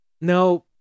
No